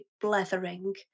blethering